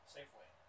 Safeway